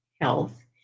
health